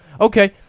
okay